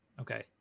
Okay